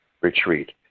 retreat